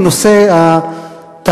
הוא נושא התעסוקה,